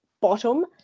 bottom